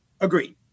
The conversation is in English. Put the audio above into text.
Agreed